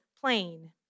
plain